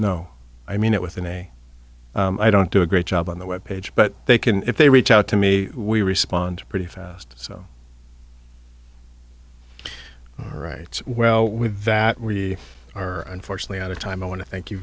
know i mean it with a day i don't do a great job on the web page but they can if they reach out to me we respond pretty fast so right well with that we are unfortunately out of time i want to thank you